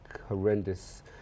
horrendous